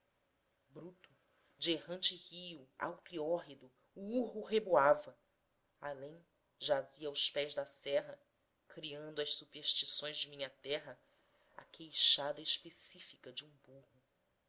bruto de errante rio alto e hórrido o urro reboava além jazia os pés da serra criando as superstições de minha terra a queixada específica de um burro